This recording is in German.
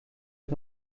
ich